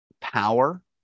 power